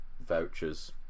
vouchers